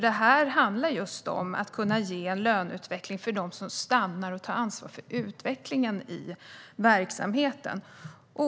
Det handlar just om att kunna ge en löneutveckling för dem som stannar och tar ansvar för utvecklingen i verksamheten.